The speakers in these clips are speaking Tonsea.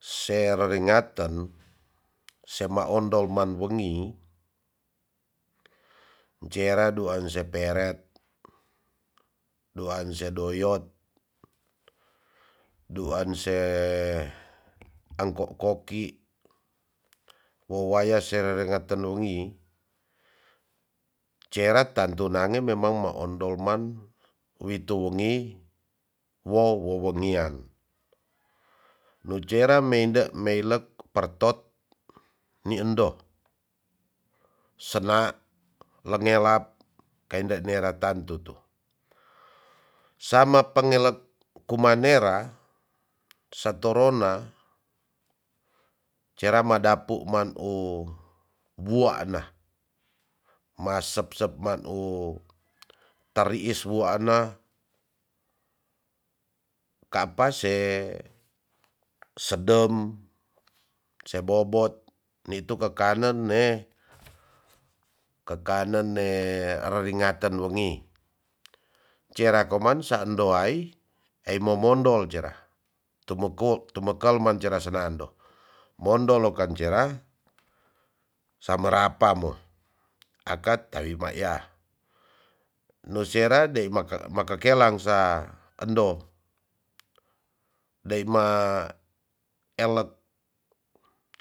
Se reringaten se ma ondol man wongi jera duan se peret duan se doyot, duan se angk koki wo waya se rerengaten ungi cera tantu nange mamang ma ondol man wi tungi wo wowongian nu jera meinde mielek pertot ni endo sena lenelap kainde nera tantu tu. sam pengelep kuma nera setorona cera madapo man o ma buana ma sep sep man u teriis wuana kapa se sedem sebobot nitu kekanen ne kekanen ne reringaten wongi cera koman sando wai asi mo mondol jera tumeko tumekel man jera senando mondo lokan jera samerapa mo akat kawi maya nusera dei maka kelang sa endo deima elek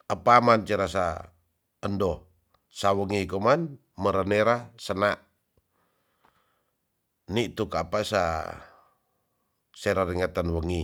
apa man ce rasa endo sawo ngie koman mara nera sena nitu kapa sa se raringeten wongi